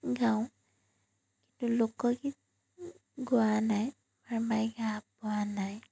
গাওঁ কিন্তু লোকগীত গোৱা নাই পোৱা নাই